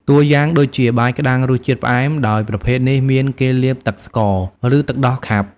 ទួយ៉ាងដូចជា បាយក្តាំងរសជាតិ ផ្អែម ដោយប្រភេទនេះមាន គេលាបទឹកស្ករ ឬទឹកដោះខាប់។